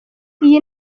iyi